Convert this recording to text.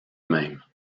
même